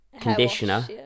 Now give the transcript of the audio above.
conditioner